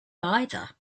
either